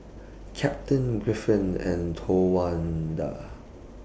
Captain and Towanda